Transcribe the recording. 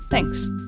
Thanks